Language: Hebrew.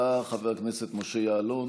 הצעת חוק רישוי עסקים (תיקון,